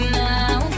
now